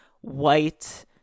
white